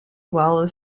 while